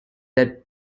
that